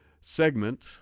segment